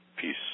peace